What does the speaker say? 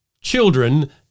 children